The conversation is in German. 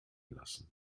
lassen